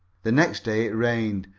the next day it rained,